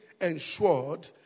ensured